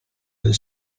del